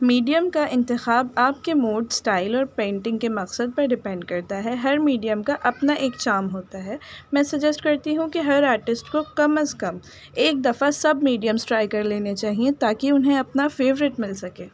medium کا انتخاب آپ کے موڈ اسٹائل اور پینٹنگ کے مقصد پر ڈپینڈ کرتا ہے ہر میڈیم کا اپنا ایک چام ہوتا ہے میں سجیسٹ کرتی ہوں کہ ہر آرٹسٹ کو کم از کم ایک دفعہ سب میڈیمس ٹرائی کر لینے چاہئیں تاکہ انہیں اپنا فیوریٹ مل سکے